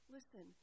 Listen